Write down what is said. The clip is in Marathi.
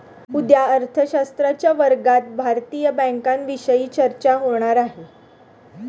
उद्या अर्थशास्त्राच्या वर्गात भारतीय बँकांविषयी चर्चा होणार आहे